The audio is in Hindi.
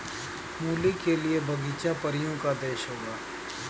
मूली के लिए बगीचा परियों का देश होगा